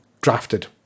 drafted